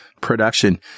production